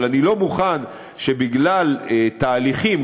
אבל אני לא מוכן שבגלל תהליכים,